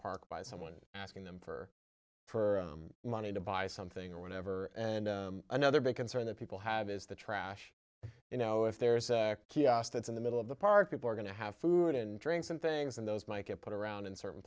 park by someone asking them for for money to buy something or whatever and another big concern that people have is the trash you know if there's a kiosk that's in the middle of the park people are going to have food and drinks and things and those make it put around in certain